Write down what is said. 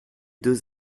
deux